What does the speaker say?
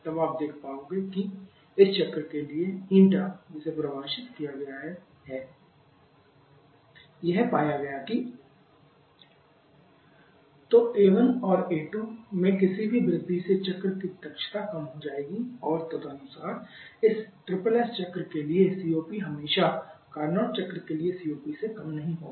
तब आप देख पाओगे कि इस चक्र के लिए η जिसे परिभाषित किया गया है cycle COPSSSCOPCarnot यह पाया गया कि cycle1 A1QECarnot1A1A2Wnet in Carnot तो A1 और A2 में किसी भी वृद्धि से चक्र की दक्षता कम हो जाएगी और तदनुसार इस SSS चक्र के लिए COP हमेशा Carnot चक्र के लिए COP से कम नहीं होगा